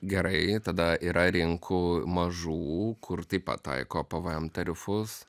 gerai tada yra rinkų mažų kur taip pat taiko pvm tarifus